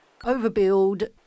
overbuild